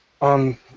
on